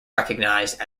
recognized